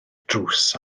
drws